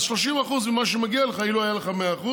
אז 30% ממה שמגיע לך אילו היה לך 100%,